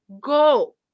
Go